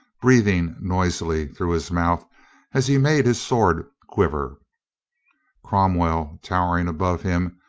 breathing noisily through his mouth as he made his sword quiver cromwell towering above him,